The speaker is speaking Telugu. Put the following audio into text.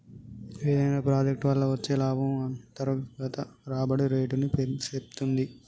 ఏదైనా ప్రాజెక్ట్ వల్ల వచ్చే లాభము అంతర్గత రాబడి రేటుని సేప్తుంది